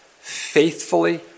faithfully